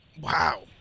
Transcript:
Wow